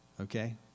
Okay